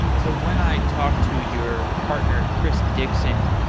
so when i talk to your partner, chris dickson,